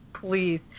please